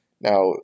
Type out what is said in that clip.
Now